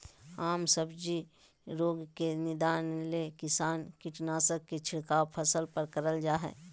आम सब्जी रोग के निदान ले किसान कीटनाशक के छिड़काव फसल पर करल जा हई